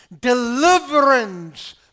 deliverance